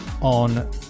on